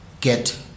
get